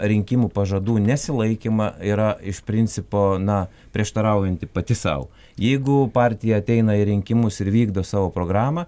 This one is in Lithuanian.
rinkimų pažadų nesilaikymą yra iš principo na prieštaraujanti pati sau jeigu partija ateina į rinkimus ir vykdo savo programą